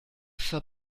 für